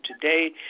today